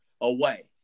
away